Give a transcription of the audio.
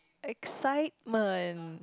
excitement